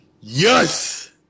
yes